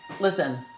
Listen